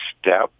step